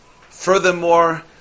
Furthermore